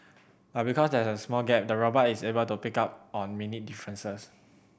but because there is a small gap the robot is able to pick up on minute differences